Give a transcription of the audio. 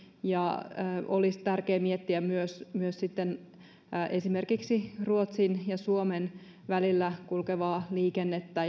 ja olisi tärkeä miettiä myös myös esimerkiksi ruotsin ja suomen välillä kulkevaa liikennettä